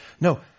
No